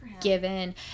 given